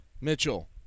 Mitchell